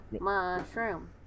mushroom